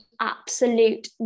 absolute